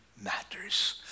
matters